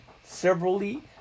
severally